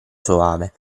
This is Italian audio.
soave